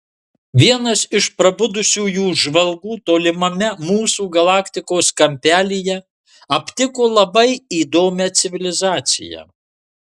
vienas iš prabudusiųjų žvalgų tolimame mūsų galaktikos kampelyje aptiko labai įdomią civilizaciją